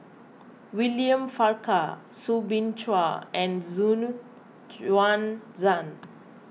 William Farquhar Soo Bin Chua and Xu Yuan Zhen